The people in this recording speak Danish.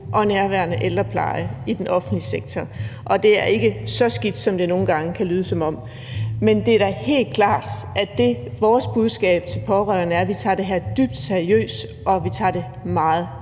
og nærværende ældrepleje i den offentlige sektor, og at det ikke er så skidt, som det nogle gange kan lyde som om. Men det er da helt klart, at det, der er vores budskab til pårørende, er, at vi tager det her dybt seriøst, og at vi tager det meget alvorligt.